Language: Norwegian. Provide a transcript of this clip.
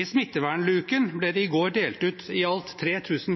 I smittevernluken ble det i går delt ut i alt 3